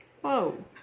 Whoa